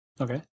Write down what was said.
Okay